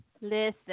Listen